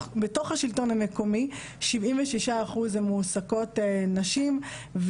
בתוך השלטון המקומי 76% מועסקות נשים.